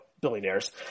billionaires